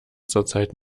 zurzeit